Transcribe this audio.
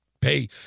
pay